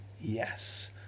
Yes